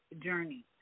journey